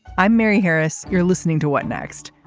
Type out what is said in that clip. i'm mary harris. you're listening to what next.